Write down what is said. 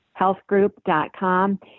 healthgroup.com